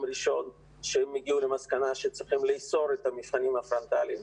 ראשון שהם הגיעו למסקנה שצריכים לאסור את המבחנים הפרונטליים.